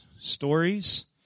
Stories